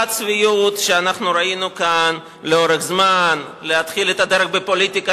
צביעות שראינו כאן לאורך זמן: להתחיל את הדרך בפוליטיקה